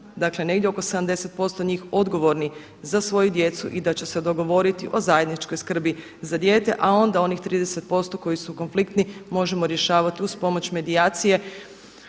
dakle negdje oko 70% njih odgovornih za svoju djecu i da će se dogovoriti o zajedničkoj skrbi za dijete, a onda onih 30% koji su konfliktni možemo rješavati uz pomoć medijacije,